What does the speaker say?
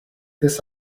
this